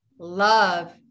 Love